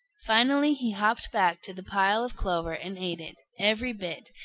finally he hopped back to the pile of clover and ate it, every bit,